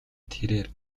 тэрээр